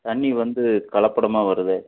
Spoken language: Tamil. தண்ணி வந்து கலப்படமாக வருது